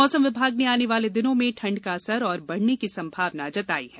मौसम विभाग ने आने वाले दिनों में ठंड का असर और बढ़ने की संभावना जताई है